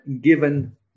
given